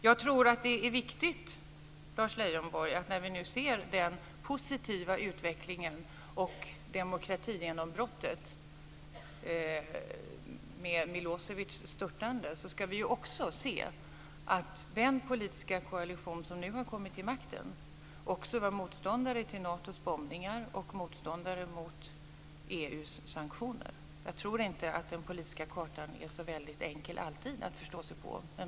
Jag tror att det är viktigt, Lars Leijonborg, att vi, när vi nu ser den positiva utvecklingen och demokratigenombrottet med Milosevics störtande, också ska se att den politiska koalition som nu har kommit till makten var motståndare mot Natos bombningar och motståndare mot EU:s sanktioner. Jag tror inte att den politiska kartan är så väldigt enkel alltid att förstå sig på.